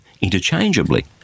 interchangeably